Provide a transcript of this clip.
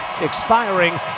expiring